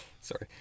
Sorry